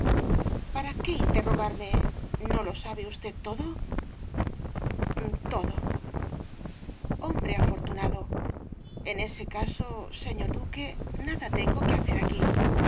para qué interrogarme no lo sabe usted todo todo hombre afortunado en ese caso señor duque nada tengo que hacer aquí